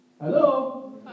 Hello